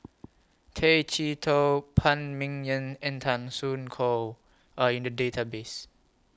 Tay Chee Toh Phan Ming Yen and Tan Soo Khoon Are in The Database